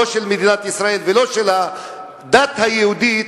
לא של מדינת ישראל ולא של הדת היהודית,